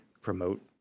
promote